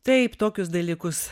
taip tokius dalykus